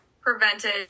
prevented